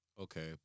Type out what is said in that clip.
Okay